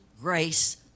grace